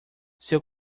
seu